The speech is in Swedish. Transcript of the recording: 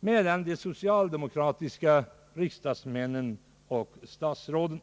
mellan de socialdemokratiska riksdagsmännen och statsråden.